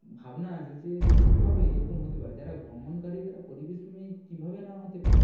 ভাবনা আসে যে কী কীভাবে এরকম হতে পারে যারা ভ্রমণকারী তারা পরিবেশপ্রেমী কীভাবে না হতে পারে